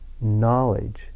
knowledge